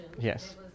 Yes